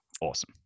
awesome